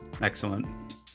excellent